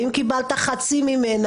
ואם קיבלת חצי ממנה,